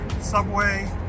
Subway